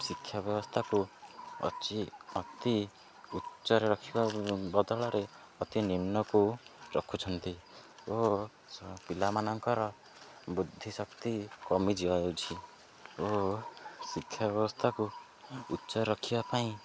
ଶିକ୍ଷା ବ୍ୟବସ୍ଥାକୁ ଅଛି ଅତି ଉଚ୍ଚରେ ରଖିବା ବଦଳରେ ଅତି ନିମ୍ନକୁ ରଖୁଛନ୍ତି ଓ ପିଲାମାନଙ୍କର ବୁଦ୍ଧିଶକ୍ତି କମିଯିିବା ହେଉଛି ଓ ଶିକ୍ଷା ବ୍ୟବସ୍ଥାକୁ ଉଚ୍ଚ ରଖିବା ପାଇଁ